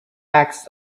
acts